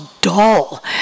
dull